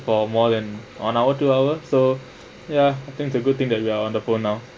for more than one hour two hour so ya I think it's a good thing that we're on the phone now